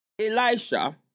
Elisha